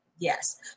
Yes